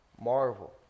marvel